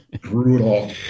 brutal